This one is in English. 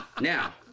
Now